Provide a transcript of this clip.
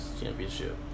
championship